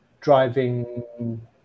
driving